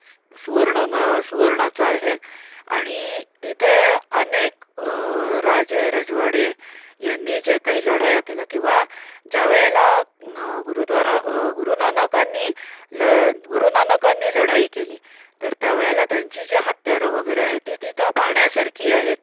सु सुवर्ण म सुवर्णाचं आहे आणि तिथे अनेक राजे रजवाडे यांनी जे काही लढाया केल्या किंवा ज्यावेळेला गुरुद्वारा गुरु नानकांनी ल गुरु नानकांनी लढाई केली तर त्यावेळेला त्यांची जी हत्यारं वगैरे आहे ती तिथं पाहण्यासारखी आहेत